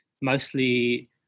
mostly